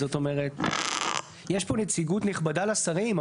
זאת אומרת, יש פה נציגות נכבדה לשרים.